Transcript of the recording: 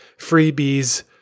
freebies